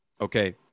Okay